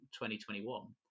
2021